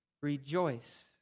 rejoice